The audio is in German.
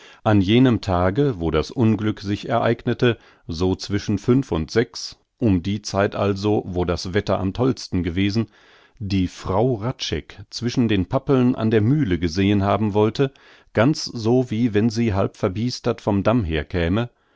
an jenem tage wo das unglück sich ereignete so zwischen fünf und sechs um die zeit also wo das wetter am tollsten gewesen die frau hradscheck zwischen den pappeln an der mühle gesehn haben wollte ganz so wie wenn sie halb verbiestert vom damm her käme